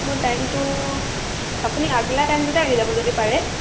মোৰ টাইমটো আপুনি আগবেলা টাইমটোতে আহি যাব যদি পাৰে